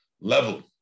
level